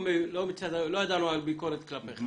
לא ידענו על ביקורת כלפיך,